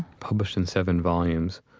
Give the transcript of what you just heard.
published in seven volumes.